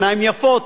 עיניים יפות,